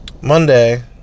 Monday